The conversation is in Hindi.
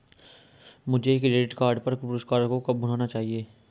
मुझे क्रेडिट कार्ड पर पुरस्कारों को कब भुनाना चाहिए?